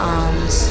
arms